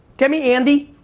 get me andy.